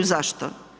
Zašto?